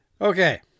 okay